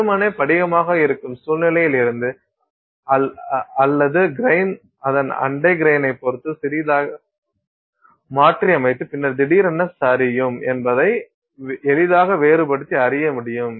வெறுமனே படிகமாக இருக்கும் சூழ்நிலையிலிருந்து அல்லது கிரைன் அதன் அண்டை கிரைனை பொறுத்து சிறிது சிறிதாக மாற்றியமைத்து பின்னர் திடீரென சரியும் என்பதை எளிதாக வேறுபடுத்தி அறிய முடியும்